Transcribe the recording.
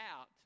out